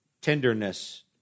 tenderness